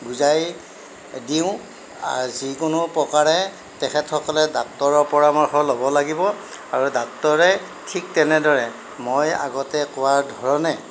বুজাই দিওঁ যিকোনো প্ৰকাৰে তেখেতসকলে ডাক্টৰৰ পৰামৰ্শ লব লাগিব আৰু ডাক্টৰে ঠিক তেনেদৰে মই আগতে কোৱাৰ ধৰণে